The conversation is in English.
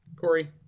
Corey